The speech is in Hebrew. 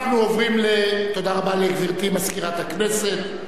תודה רבה לגברתי מזכירת הכנסת.